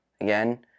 Again